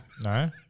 No